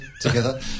together